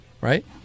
right